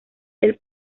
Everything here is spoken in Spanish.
del